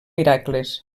miracles